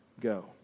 go